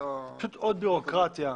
עוד בירוקרטיה.